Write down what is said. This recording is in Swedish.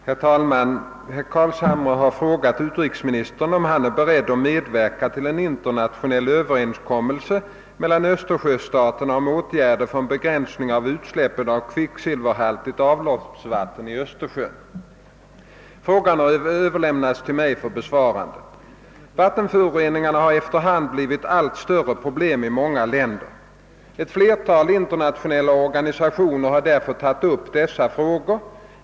Herr talman! Herr Carlshamre har frågat utrikesministern om han är beredd att medverka till en internationell överenskommelse mellan östersjöstaterna om åtgärder för en begränsning av utsläppet av kvicksilverhaltigt avloppsvatten i Östersjön. Frågan har överlämnats till mig för besvarande. Vattenföroreningarna har efter hand blivit allt större problem i många länder. Ett flertal internationella organisationer har därför tagit upp dessa frågor.